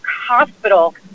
hospital